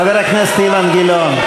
חבר הכנסת אילן גילאון.